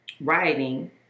writing